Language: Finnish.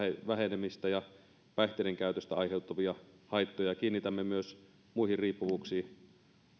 vähenemistä ja vähentämään päihteiden käytöstä aiheutuvia haittoja ja kiinnitämme myös muihin riippuvuuksiin